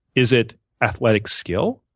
is it athletic skill?